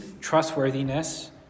trustworthiness